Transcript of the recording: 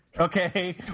okay